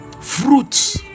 fruits